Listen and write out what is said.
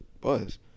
buzz